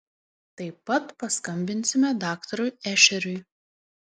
taip pat paskambinsime daktarui ešeriui